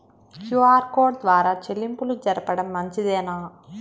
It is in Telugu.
క్యు.ఆర్ కోడ్ ద్వారా చెల్లింపులు జరపడం మంచిదేనా?